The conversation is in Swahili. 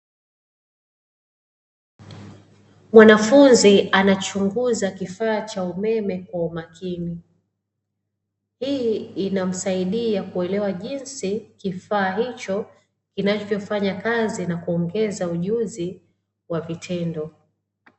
Mwanafunzi anachunguza kifaa cha umeme kwa umakini, hii inamsaidia kuelewa jinsi kifaa hicho kinachofanya kazi na kuongeza ujuzi wa vitendo.